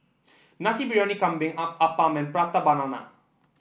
Nasi Briyani Kambing Appam and Prata Banana